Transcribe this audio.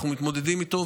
אנחנו מתמודדים איתו,